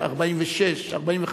אצלי בבית ישבו אנשים